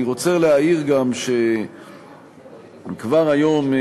אני רוצה להעיר גם שכבר היום,